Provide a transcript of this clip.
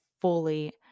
fully